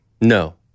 No